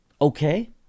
okay